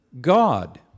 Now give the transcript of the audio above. God